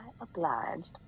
obliged